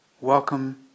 welcome